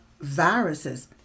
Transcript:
viruses